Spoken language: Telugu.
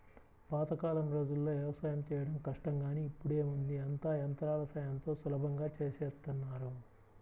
పాతకాలం రోజుల్లో యవసాయం చేయడం కష్టం గానీ ఇప్పుడేముంది అంతా యంత్రాల సాయంతో సులభంగా చేసేత్తన్నారు